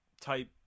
type